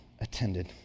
attended